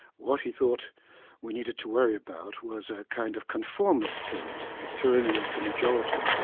what he thought we needed to worry about was a kind of conformist tyranny, a tyranny of the majority.